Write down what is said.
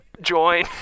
join